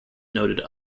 noted